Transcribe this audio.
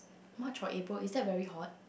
March or April is that very hot